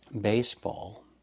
baseball